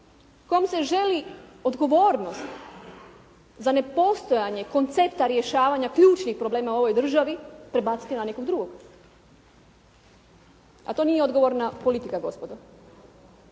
kojom se želi odgovornost za ne postojanje koncepta rješavanja ključnih problema u ovoj državi, prebaciti na nekog drugog. A to nije odgovorna politika gospodo.